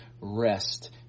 rest